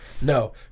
No